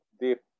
deep